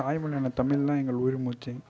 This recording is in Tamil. தாய்மொழியான தமிழ் தான் எங்கள் உயிர் மூச்சு